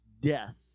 death